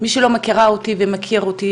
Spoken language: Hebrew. מי שלא מכירה אותי ומכיר אותי,